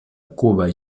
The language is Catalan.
cuba